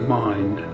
mind